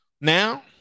now